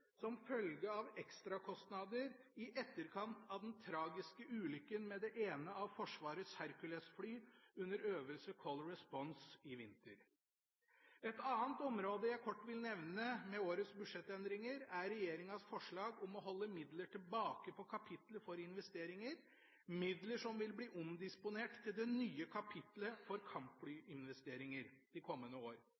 som følge av ekstrakostnader i etterkant av den tragiske ulykken med det ene av Forsvarets Hercules-fly under øvelse Cold Response i vinter. Et annet område jeg kort vil nevne ved årets budsjettendringer, er regjeringas forslag om å holde midler tilbake på kapitlet for investeringer, midler som vil bli omdisponert til det nye kapitlet for